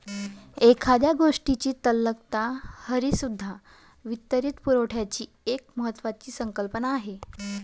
एखाद्या गोष्टीची तरलता हीसुद्धा वित्तपुरवठ्याची एक महत्त्वाची संकल्पना आहे